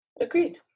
Agreed